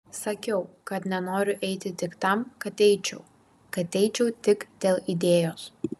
sakiau kad nenoriu eiti tik tam kad eičiau kad eičiau tik dėl idėjos